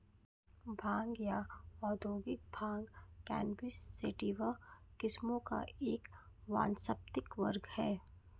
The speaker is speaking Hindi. भांग या औद्योगिक भांग कैनबिस सैटिवा किस्मों का एक वानस्पतिक वर्ग है